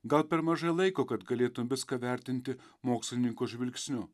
gal per mažai laiko kad galėtum viską vertinti mokslininko žvilgsniu